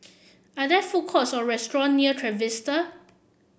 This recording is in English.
are there food courts or restaurant near Trevista